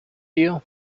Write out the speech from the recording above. you